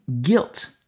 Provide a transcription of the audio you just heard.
guilt